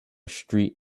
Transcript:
street